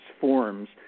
forms